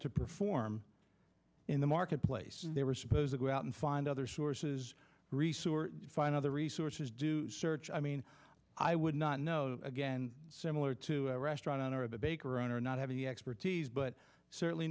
to perform in the marketplace they were supposed to go out and find other sources resort find other resources do search i mean i would not know again similar to a restaurant owner of the baker owner not having the expertise but certainly